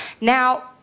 Now